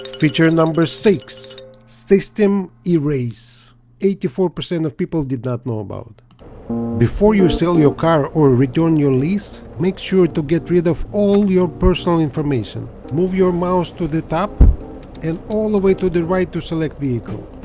feature number six system erase eighty-four percent of people did not know about before you sell your car or return your lease, make sure to get rid of all your personal information move your mouse to the top and all the way to the right to select vehicle